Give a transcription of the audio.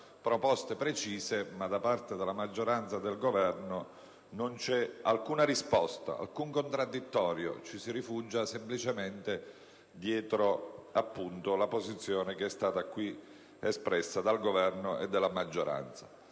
proposte precise, ma da parte della maggioranza e del Governo non c'è alcuna risposta e alcun contraddittorio. Ci si rifugia semplicemente dietro alla posizione espressa in questa sede dai rappresentanti del Governo e della maggioranza.